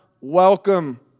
welcome